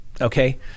Okay